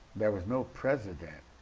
there was no president,